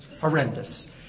horrendous